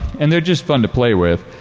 and they're just fun to play with.